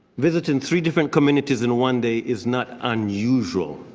visiting three different communities in one day is not unusual.